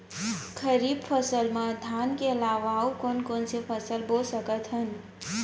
खरीफ फसल मा धान के अलावा अऊ कोन कोन से फसल बो सकत हन?